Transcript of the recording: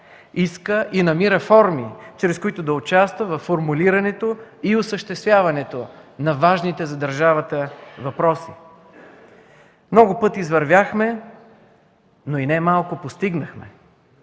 иска и намира форми, чрез които да участва във формулирането и осъществяването на важните за държавата въпроси. Много път извървяхме, но и немалко постигнахме.